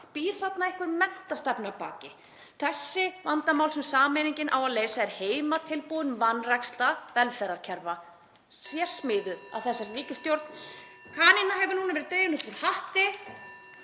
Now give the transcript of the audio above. Býr þarna einhver menntastefna að baki? Þau vandamál sem sameiningin á að leysa er heimatilbúin vanræksla velferðarkerfa, sérsmíðuð af þessari ríkisstjórn. Kanína hefur núna verið dregin upp úr hatti.